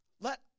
let